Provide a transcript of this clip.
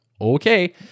okay